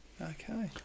Okay